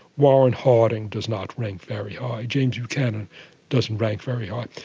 warren harding does not rank very high. james buchanan doesn't rank very high.